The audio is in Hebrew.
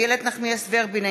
אינו נוכח איילת נחמיאס ורבין,